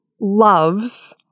loves